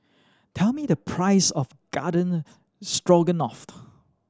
tell me the price of Garden Stroganoff